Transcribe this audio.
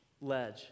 ledge